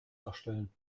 erstellen